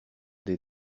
des